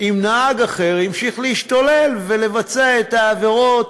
נהג אחר המשיך להשתולל ולבצע את העבירות